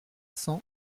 cents